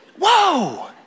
Whoa